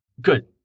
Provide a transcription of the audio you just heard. Good